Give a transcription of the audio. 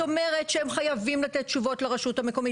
זאת אומרת שהן חייבות לתת תשובות לרשות המקומית.